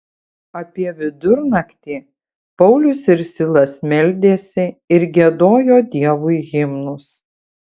apie vidurnaktį paulius ir silas meldėsi ir giedojo dievui himnus